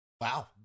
Wow